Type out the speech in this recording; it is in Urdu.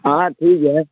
ہاں ٹھیک ہے